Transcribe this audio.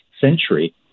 century